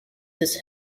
this